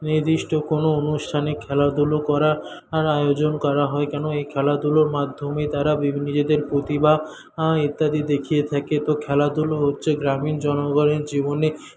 নির্দিষ্ট কোনো অনুষ্ঠানে খেলাধুলো করার আয়োজন করা হয় কেনো এই খেলাধুলোর মাধ্যমে তারা নিজেদের প্রতিভা ইত্যাদি দেখিয়ে থাকে তো খেলাধুলো হচ্ছে কি গ্রামীণ জনগণের জীবনে